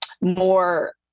more